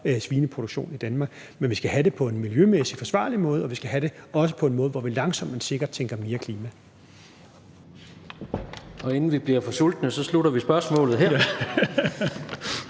svineproduktion i Danmark. Men vi skal have det på en miljømæssigt forsvarlig måde, og vi skal også have det på en måde, hvor vi langsomt, men sikkert tænker mere i klima. Kl. 16:51 Tredje næstformand (Jens Rohde): Inden vi bliver for sultne, slutter vi spørgsmålet her.